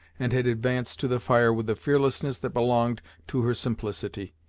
and had advanced to the fire with the fearlessness that belonged to her simplicity,